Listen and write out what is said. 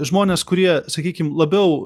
žmonės kurie sakykim labiau